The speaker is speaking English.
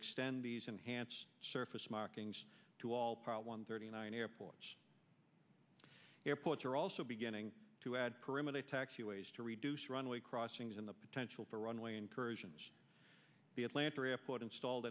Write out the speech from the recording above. extend these enhanced surface markings to all piled one thirty nine airports airports are also beginning to add perimeter taxi ways to reduce runway crossings and the potential for runway incursions the atlanta airport installed